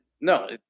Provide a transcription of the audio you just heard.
No